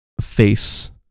face